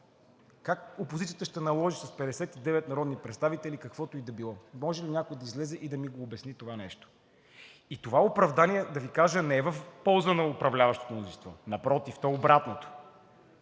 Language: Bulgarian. Как опозицията с 59 народни представители ще наложи каквото и да е било? Може ли някой да излезе и да ми обясни това нещо? Това оправдание, да Ви кажа, не е в полза на управляващото мнозинство. Напротив, то е обратното.